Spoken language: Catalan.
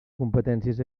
competències